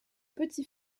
petit